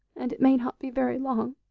and it may not be very long!